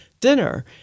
dinner